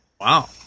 Wow